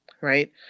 right